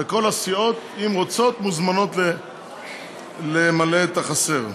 וכל הסיעות, אם רוצות, מוזמנות למלא את החסר.